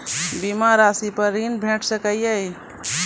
बीमा रासि पर ॠण भेट सकै ये?